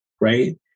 right